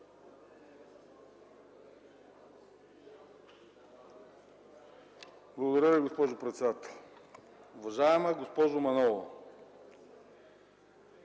Благодаря Ви, госпожо председател. Уважаеми господин